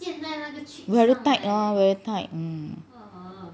very tight hor very tight